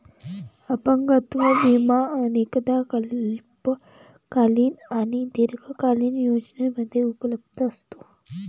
अपंगत्व विमा अनेकदा अल्पकालीन आणि दीर्घकालीन योजनांमध्ये उपलब्ध असतो